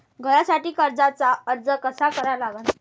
घरासाठी कर्जाचा अर्ज कसा करा लागन?